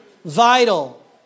Vital